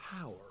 power